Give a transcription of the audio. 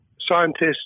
Scientists